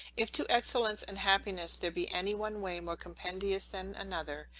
if to excellence and happiness there be any one way more compendious than another,